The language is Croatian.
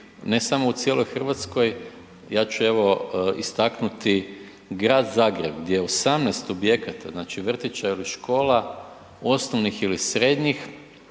ne samo u cijeloj Hrvatskoj. Ja ću evo istaknuti grad Zagreb gdje 18 objekata znači vrtića ili škola, osnovnih ili srednjih